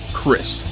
Chris